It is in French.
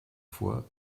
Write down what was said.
fois